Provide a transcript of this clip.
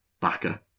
backer